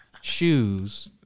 shoes